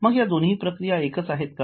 मग या दोन्ही एकच प्रक्रिया आहेत का